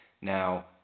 Now